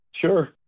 Sure